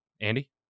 Andy